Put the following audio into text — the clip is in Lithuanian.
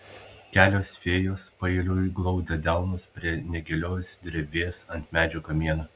kelios fėjos paeiliui glaudė delnus prie negilios drevės ant medžio kamieno